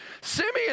Simeon